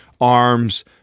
arms